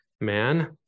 man